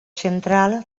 central